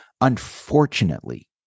Unfortunately